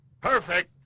Perfect